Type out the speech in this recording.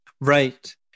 Right